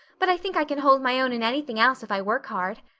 but i think i can hold my own in anything else if i work hard.